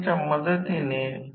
तर हे K आहे आधीच N1N2 दिले आहे